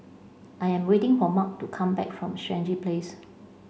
I am waiting for Mark to come back from Stangee Place